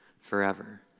forever